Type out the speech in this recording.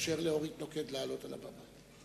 נאפשר לאורית נוקד לעלות על הבמה.